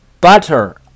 Butter